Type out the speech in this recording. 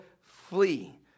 flee